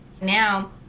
now